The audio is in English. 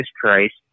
Christ